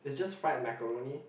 it's just fried macaroni